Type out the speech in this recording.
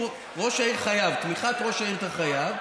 ראש העיר חייב, את תמיכת ראש העיר אתה חייב.